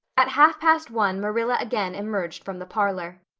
at half past one marilla again emerged from the parlor.